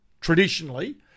traditionally